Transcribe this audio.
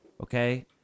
Okay